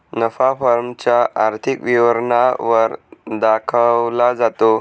नफा फर्म च्या आर्थिक विवरणा वर दाखवला जातो